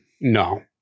No